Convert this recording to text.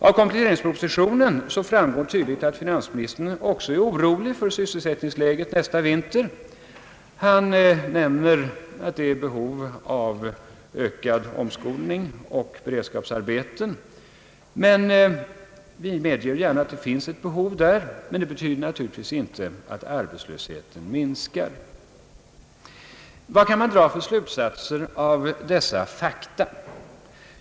Av kompletteringspropositionen framgår också, att finansministern är orolig för sysselsättningsläget nästa vinter. Han nämner att det finns behov av ökad 'om skolning och beredskapsarbeten. Vi medger gärna att där finns ett behov, men det betyder naturligtvis inte att arbetslösheten minskar. Vilka slutsatser kan man dra av dessa s.k. fakta?